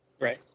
Right